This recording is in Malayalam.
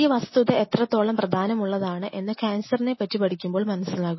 ഈ വസ്തുത എത്രത്തോളം പ്രാധാന്യമുള്ളതാണ് എന്ന് ക്യാന്സറിനെ പറ്റി പഠിക്കുമ്പോൾ മനസ്സിലാകും